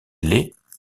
les